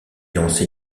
lancé